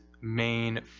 main